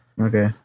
Okay